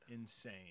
insane